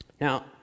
Now